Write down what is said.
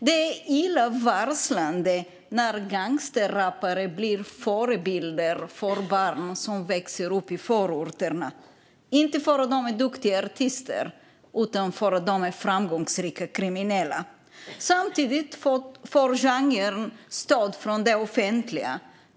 Det är illavarslande när gangsterrappare blir förebilder för barn som växer upp i förorterna - inte för att de är duktiga artister utan för att de är framgångsrika kriminella. Samtidigt får genren stöd från det offentliga.